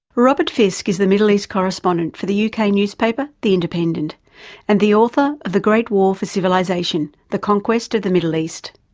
robert fisk is the middle east correspondent for the yeah uk newspaper, the independent and the author of the great war for civilisation the conquest of the middle east.